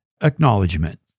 acknowledgement